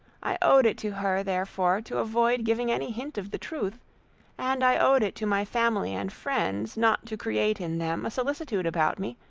i owed it to her, therefore, to avoid giving any hint of the truth and i owed it to my family and friends, not to create in them a solicitude about me,